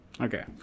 Okay